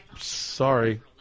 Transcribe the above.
Sorry